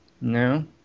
No